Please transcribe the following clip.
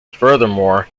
furthermore